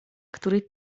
który